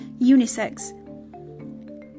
unisex